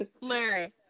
Larry